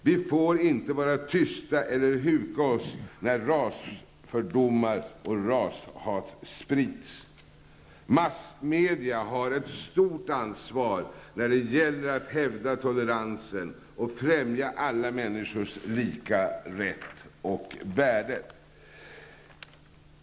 Vi får inte vara tysta eller huka oss när rasfördomar och rashat sprids. Massmedia har ett stort ansvar när det gäller att hävda toleransen och främja alla människors lika rätt och värde.